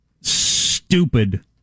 stupid